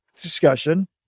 discussion